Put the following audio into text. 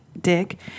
dick